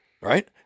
Right